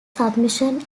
submission